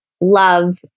love